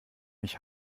mich